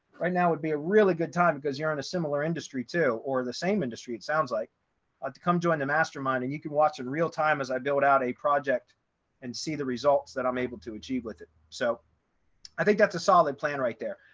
right now would be a really good time because you're in a similar industry to or the same industry, it sounds like to come join the mastermind and you can watch in real time as i build out a project and see the results that i'm able to achieve with it. so i think that's a solid plan right there.